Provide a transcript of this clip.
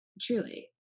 truly